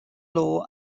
law